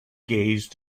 gaze